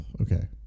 okay